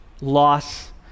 loss